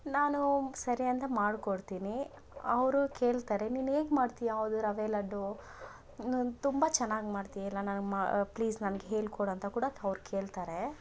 ನಾನು ಸರಿ ಅಂತ ಮಾಡಿಕೊಡ್ತೀನಿ ಅವರು ಕೇಳ್ತಾರೆ ನೀನ್ ಹೇಗ್ ಮಾಡ್ತೀಯ ಅದು ರವೆ ಲಡ್ಡು ತುಂಬ ಚೆನ್ನಾಗ್ ಮಾಡ್ತಿಯಲ್ಲ ನನ್ಗೆ ಮಾ ಪ್ಲೀಸ್ ನನ್ಗೆ ಹೇಳ್ಕೊಡ್ ಅಂತ ಕೂಡ ಅವ್ರು ಕೇಳ್ತಾರೆ